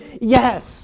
yes